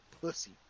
pussy